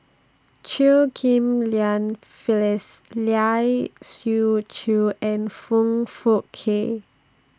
Chew Ghim Lian Phyllis Lai Siu Chiu and Foong Fook Kay